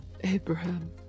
Abraham